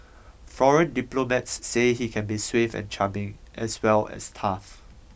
foreign diplomats say he can be suave and charming as well as tough